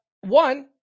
one